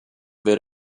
wird